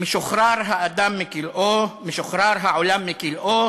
"משוחרר העולם מכלאו.